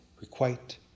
Requite